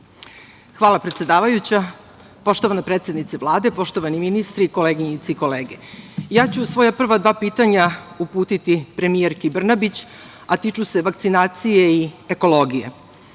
Hvala, predsedavajuća. Poštovana predsednice Vlade, poštovani ministri, koleginice i kolege, ja ću svoja prva dva pitanja uputiti premijerki Brnabić, a tiču se vakcinacije i ekologije. Naime,